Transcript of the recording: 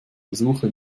versuche